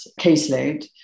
caseload